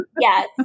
yes